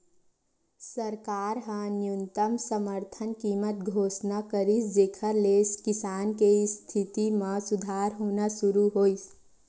सरकार ह न्यूनतम समरथन कीमत घोसना करिस जेखर ले किसान के इस्थिति म सुधार होना सुरू होइस